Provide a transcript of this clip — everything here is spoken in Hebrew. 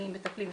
מי מטפלים,